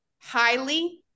highly